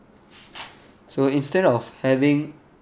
so instead of having